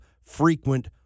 frequent